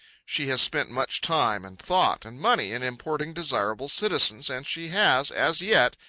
she has spent much time, and thought, and money, in importing desirable citizens, and she has, as yet,